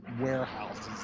warehouses